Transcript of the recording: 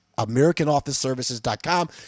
AmericanOfficeServices.com